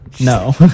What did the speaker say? No